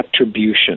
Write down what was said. attribution